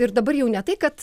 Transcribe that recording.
ir dabar jau ne tai kad